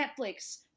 Netflix